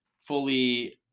fully